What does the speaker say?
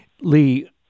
Lee